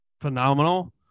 phenomenal